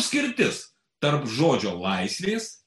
skirtis tarp žodžio laisvės